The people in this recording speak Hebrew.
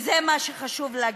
וזה מה שחשוב להגיד.